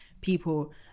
people